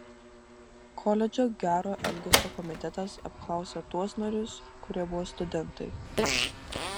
koledžo gero elgesio komitetas apklausė tuos narius kurie buvo studentai